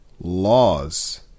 laws